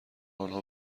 آنها